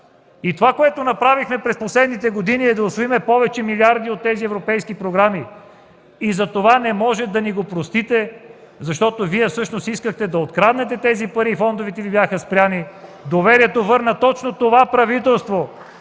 Това, което направихме през последните години, е да усвоим повече милиарди от тези европейски програми и затова не можете да ни го простите, защото Вие всъщност искахте да откраднете тези пари и фондовете Ви бяха спрени. Доверието върна точно това правителство.